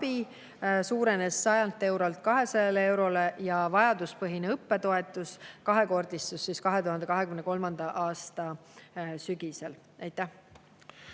suurenes 100 eurolt 200 eurole ja vajaduspõhine õppetoetus kahekordistus 2023. aasta sügisel. Mul